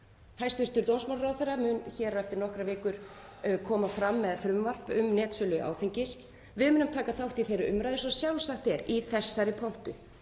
Hæstv. dómsmálaráðherra mun hér eftir nokkrar vikur koma fram með frumvarp um netsölu áfengis. Við munum taka þátt í þeirri umræðu eins og sjálfsagt er í þessari pontu.